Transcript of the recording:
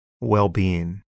well-being